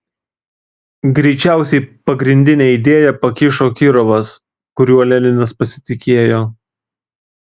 greičiausiai pagrindinę idėją pakišo kirovas kuriuo leninas pasitikėjo